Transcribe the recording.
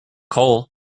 coal